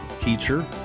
teacher